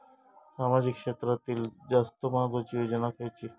सामाजिक क्षेत्रांतील जास्त महत्त्वाची योजना खयची?